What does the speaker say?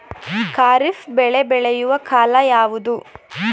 ಖಾರಿಫ್ ಬೆಳೆ ಬೆಳೆಯುವ ಕಾಲ ಯಾವುದು?